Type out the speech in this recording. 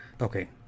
Okay